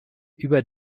über